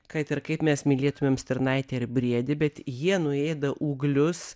kad ir kaip mes mylėtumėm stirnaitę ir briedį bet jie nuėda ūglius